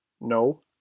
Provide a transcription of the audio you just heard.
No